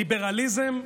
ליברליזם,